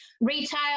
retail